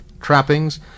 trappings